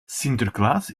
sinterklaas